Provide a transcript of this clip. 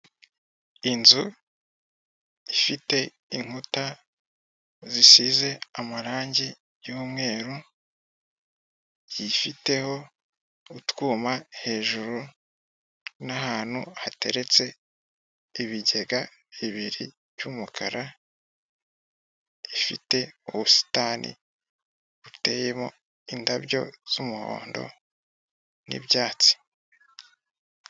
Inzu ifite inkuta zisize amarange y'umweru rifiteho utwuma hejuru n'ahantu hateretse ibigega bibiri by'umukara, ifite ubusitani buteyemo indabyo z'umuhondo n'ibyatsi.